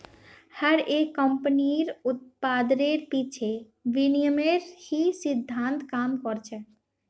हर एक कम्पनीर उत्पादेर पीछे विनिमयेर ही सिद्धान्त काम कर छे